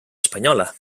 espanyola